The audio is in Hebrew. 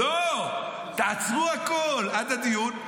לא, תעצרו הכול עד הדיון.